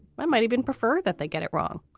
might might even prefer that they get it wrong.